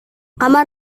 kamar